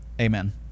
Amen